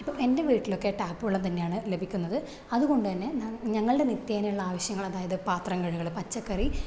ഇപ്പോൾ എന്റെ വീട്ടിലൊക്കെ ടാപ്പുവെള്ളം തന്നെയാണ് ലഭിക്കുന്നത് അതുകൊണ്ടന്നെ ഞങ്ങളുടെ നിത്യേനെയുള്ള ആവശ്യങ്ങൾ അതായത് പാത്രം കഴുകൽ പച്ചക്കറി